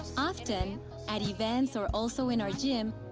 often at events, or also in our gym,